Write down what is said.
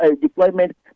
deployment